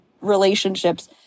relationships